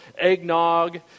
eggnog